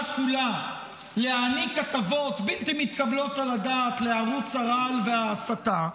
כולה להעניק הטבות בלתי מתקבלות על הדעת לערוץ והרעל וההסתה,